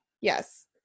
Yes